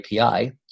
API